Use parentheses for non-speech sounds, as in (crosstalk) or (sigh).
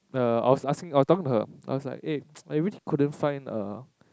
err I was asking I was talking about her I was like eh (noise) I really couldn't find a